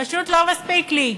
פשוט לא מספיק לי,